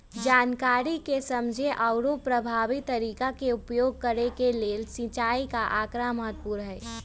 जनकारी के समझे आउरो परभावी तरीका के उपयोग करे के लेल सिंचाई के आकड़ा महत्पूर्ण हई